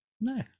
No